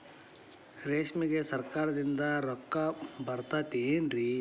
ರೇಷ್ಮೆಗೆ ಸರಕಾರದಿಂದ ರೊಕ್ಕ ಬರತೈತೇನ್ರಿ?